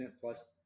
plus